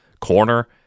corner